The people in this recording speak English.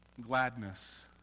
gladness